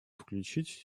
включить